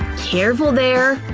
careful, there!